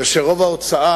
כאשר רוב ההוצאה